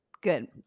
Good